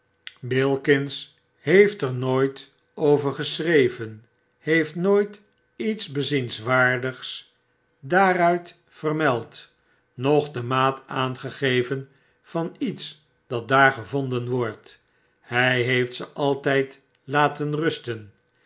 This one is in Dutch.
bilkins heeft er nooit over geschreven heeftnooit iets bezienswaardigs daaruit vermeld noch de maat aangegeven van iets dat daar gevonden wordt hrj heeft ze altjjd laten rusten